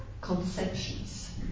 conceptions